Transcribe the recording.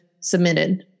submitted